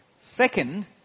Second